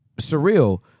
surreal